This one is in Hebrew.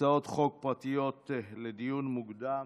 הצעות חוק פרטיות לדיון מוקדם.